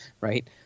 Right